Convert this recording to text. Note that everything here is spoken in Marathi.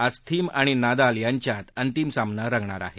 आज थीम आणि नादाल मधे अंतिम सामना रंगणार आहे